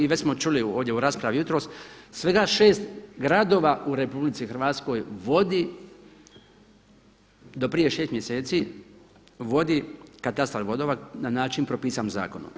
I već smo čuli ovdje u raspravi jutros, svega 6 gradova u RH vodi do prije 6 mjeseci vodi katastar vodova na način propisan zakonom.